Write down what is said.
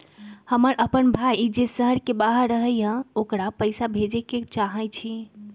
हमर अपन भाई जे शहर के बाहर रहई अ ओकरा पइसा भेजे के चाहई छी